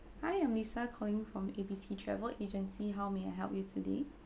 hi i'm lisa calling from A B C travel agency how may I help you today